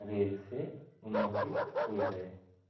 ରେ ସେ ଉନ୍ନତି କରିଥାଏ